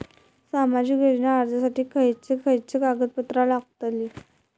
सामाजिक योजना अर्जासाठी खयचे खयचे कागदपत्रा लागतली?